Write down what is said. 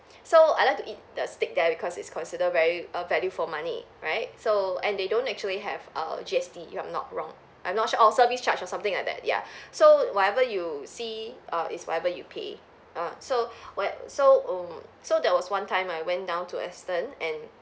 so I like to eat the steak there because it's considered very err value for money right so and they don't actually have err G_S_T if I'm not wrong I'm not sure or service charge or something like that ya so whatever you see err is whatever you pay err so what so mm so there was one time I went down to aston and